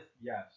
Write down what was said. yes